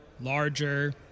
larger